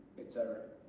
etc.